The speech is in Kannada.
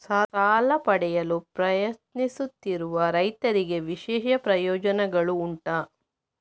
ಸಾಲ ಪಡೆಯಲು ಪ್ರಯತ್ನಿಸುತ್ತಿರುವ ರೈತರಿಗೆ ವಿಶೇಷ ಪ್ರಯೋಜನೆಗಳು ಉಂಟಾ?